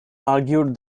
argued